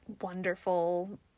wonderful